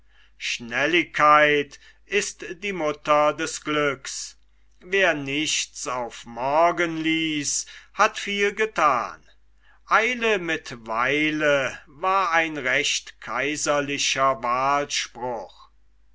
schnelligkeit ist die mutter des glücks wer nichts auf morgen ließ hat viel gethan eile mit weile war ein recht kaiserlicher wahlspruch